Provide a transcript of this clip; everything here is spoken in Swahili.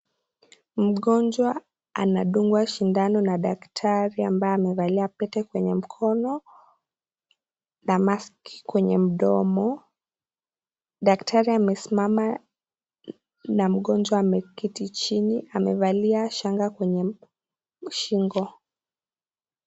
Mgonjwa anadungwa shindano na daktari ambaye amevalia pete kwenye mkono na maski kwenye mdomo. Daktari amesimama na mgonjwa ameketi chini, amevalia shanga kwenye shingo.